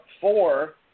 four